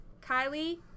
Kylie